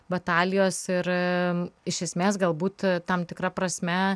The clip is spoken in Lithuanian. batalijos ir iš esmės galbūt tam tikra prasme